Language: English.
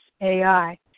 AI